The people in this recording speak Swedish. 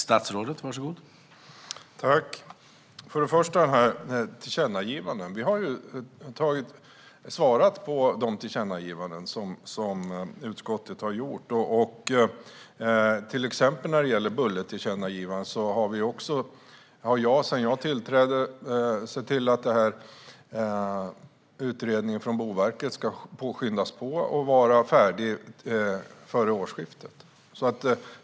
Herr talman! Först och främst vill jag säga att vi har svarat på de tillkännagivanden som utskottet har gjort. När det gäller till exempel tillkännagivandet om buller har jag sedan jag tillträdde sett till att utredningen från Boverket ska skyndas på och vara färdig före årsskiftet.